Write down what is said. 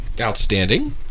outstanding